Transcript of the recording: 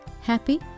happy